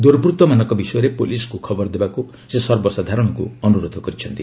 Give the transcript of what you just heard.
ଦୁର୍ବୁଭମାନଙ୍କ ବିଷୟରେ ପୁଲିସ୍କୁ ଖବର ଦେବାକୁ ସେ ସର୍ବସାଧାରଣଙ୍କୁ ଅନୁରୋଧ କରିଛନ୍ତି